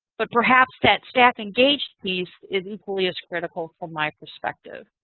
but perhaps that staff engaged piece is equally as critical from my perspective.